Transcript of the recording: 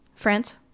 France